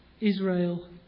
Israel